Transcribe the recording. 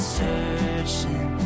searching